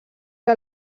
que